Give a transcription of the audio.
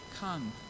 come